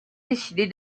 décidé